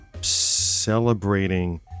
celebrating